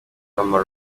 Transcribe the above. n’ama